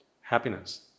happiness